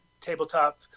tabletop